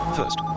first